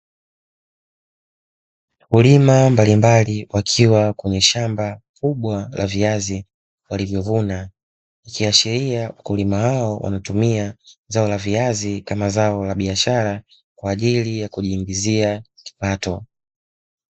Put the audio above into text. Wakulima mbalimbali wakiwa kwenye shamba kubwa la viazi walivyovuna, ikiashiria wakulima hao wanatumia zao la viazi kama zao la biashara kwaajili ya kujiingizia kipato.